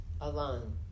alone